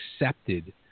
accepted